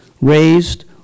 raised